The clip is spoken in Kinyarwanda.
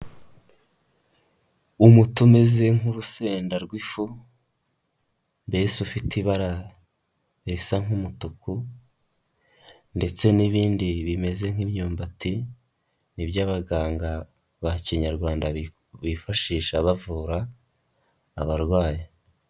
Umuti umeze nk'urusenda rw'ifu mbese ufite ibara risa nk'umutuku ndetse n'ibindi bimeze nk'imyumbati ni byo abaganga ba kinyarwanda bifashisha bavura abarwayi.